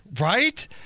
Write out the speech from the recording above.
Right